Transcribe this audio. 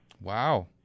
Wow